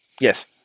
Yes